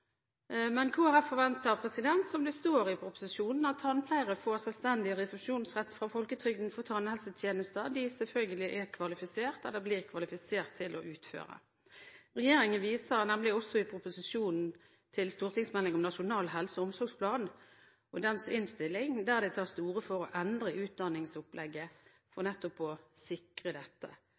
Men Kristelig Folkeparti forventer, som det står i proposisjonen, at «tannpleiere får selvstendig refusjonsrett fra folketrygden for tannhelsetjenester de er kvalifisert til å utføre». Regjeringen viser nemlig også i proposisjonen til stortingsmeldingen om Nasjonal helse- og omsorgsplan for 2010–2011 og dens innstilling, der det tas til orde for å endre utdanningsopplegget for nettopp å sikre dette.